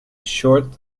short